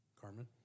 Carmen